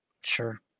Sure